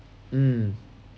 mm